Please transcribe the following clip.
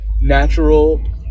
natural